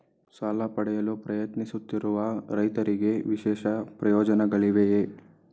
ಸಾಲ ಪಡೆಯಲು ಪ್ರಯತ್ನಿಸುತ್ತಿರುವ ರೈತರಿಗೆ ವಿಶೇಷ ಪ್ರಯೋಜನಗಳಿವೆಯೇ?